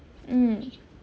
mm